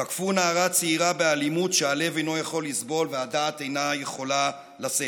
תקפו נערה צעירה באלימות שהלב אינו יכול לסבול והדעת אינה יכולה לשאת.